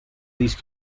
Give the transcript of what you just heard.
these